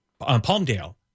Palmdale